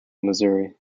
missouri